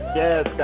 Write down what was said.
yes